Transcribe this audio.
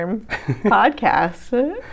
podcast